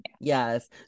yes